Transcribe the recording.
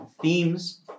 Themes